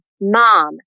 mom